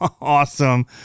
awesome